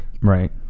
Right